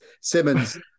simmons